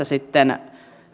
sitten